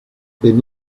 been